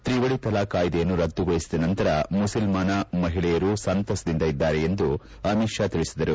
ಕ್ರಿವಳಿ ತಲಾಖ್ ಕಾಯ್ದೆಯನ್ನು ರದ್ದುಗೊಳಿಸಿದ ನಂತರ ಮುಸಲ್ಮಾನ ಮಹಿಳೆಯರು ಸಂತಸದಿಂದ ಇದ್ದಾರೆ ಎಂದು ಅಮಿತ್ ಶಾ ತಿಳಿಸಿದರು